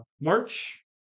March